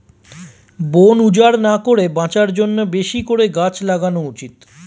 বন উজাড় না করে বাঁচার জন্যে বেশি করে গাছ লাগানো উচিত